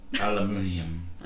Aluminium